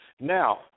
Now